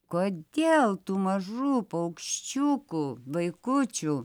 kodėl tų mažų paukščiukų vaikučių